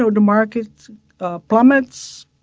ah and market ah plummets,